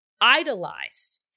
idolized